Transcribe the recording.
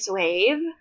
wave